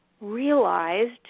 realized